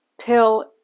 pill